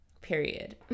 period